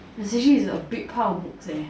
especially its a big pile of book eh